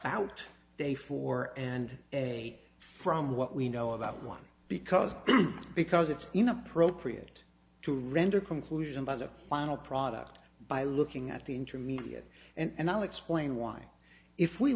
out they four and a from what we know about one because because it's inappropriate to render conclusion by the final product by looking at the intermediate and i'll explain why if we